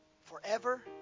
Forever